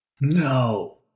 No